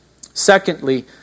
Secondly